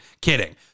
Kidding